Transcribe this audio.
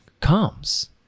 comes